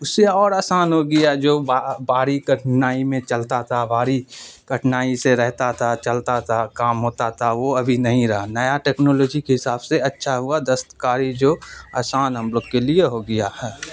اس سے اور آسان ہو گیا جو بھاری کٹھنائی میں چلتا تھا بھاری کٹھنائی سے رہتا تھا چلتا تھا کام ہوتا تھا وہ ابھی نہیں رہا نیا ٹیکنالوجی کے حساب سے اچھا ہوا دستکاری جو آسان ہم لوگ کے لیے ہو گیا ہے